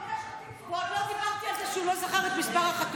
ועוד לא סיפרתי על זה שהוא לא זכר את מספר החטופים.